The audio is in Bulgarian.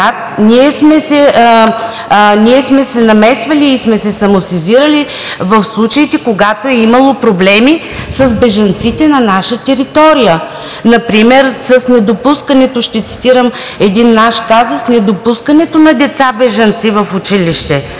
ние сме се намесвали и сме се самосезирали в случаите, когато е имало проблеми с бежанците на наша територия. Например с недопускането, ще цитирам един наш казус, недопускането на деца бежанци в училище.